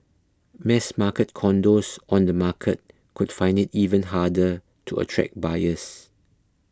mass market condos on the market could find it even harder to attract buyers